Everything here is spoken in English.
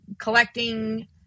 collecting